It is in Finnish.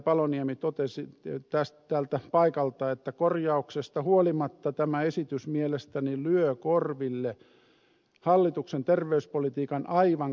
paloniemi totesi tältä paikalta että korjauksesta huolimatta tämä esitys mielestäni lyö korville hallituksen terveyspolitiikan aivan keskeistä tavoitetta